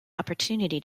opportunity